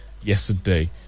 yesterday